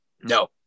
No